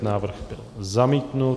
Návrh byl zamítnut.